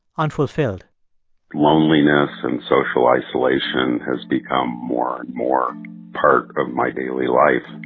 unfulfilled loneliness and social isolation has become more and more part of my daily life.